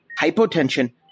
hypotension